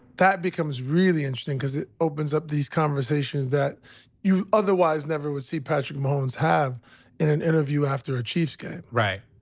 that becomes really interesting. cause it opens up these conversations that you otherwise never would see patrick mahomes have in an interview after a chiefs game. right.